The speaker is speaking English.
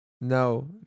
No